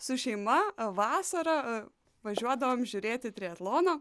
su šeima vasarą važiuodavom žiūrėti triatlono